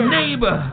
neighbor